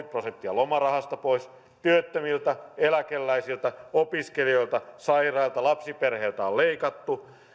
prosenttia lomarahasta pois työttömiltä eläkeläisiltä opiskelijoilta sairailta ja lapsiperheiltä on leikattu